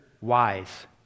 wise